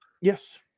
Yes